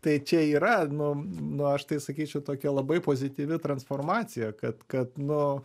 tai čia yra nu nu aš tai sakyčiau tokia labai pozityvi transformacija kad kad nu